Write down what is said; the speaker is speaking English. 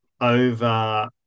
over